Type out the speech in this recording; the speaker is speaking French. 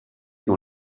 dans